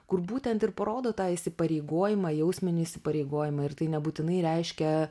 kur būtent ir parodo tą įsipareigojimą jausminį įsipareigojimą ir tai nebūtinai reiškia